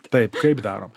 taip kaip darom